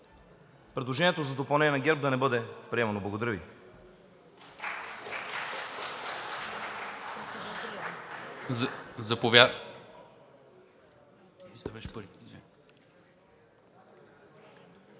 предложението за допълнение на ГЕРБ да не бъде приемано. Благодаря Ви.